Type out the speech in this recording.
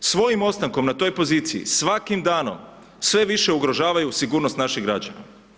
Svojim ostankom na toj poziciji svakim danom sve više ugrožavaju sigurnost naših građana.